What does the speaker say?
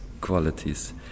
qualities